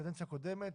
בקדנציה הקודמת,